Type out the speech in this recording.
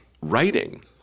writing